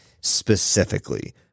specifically